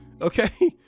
Okay